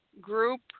group